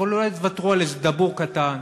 אבל אולי תוותרו על איזה דבור קטן,